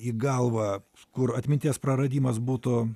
į galvą kur atminties praradimas būtų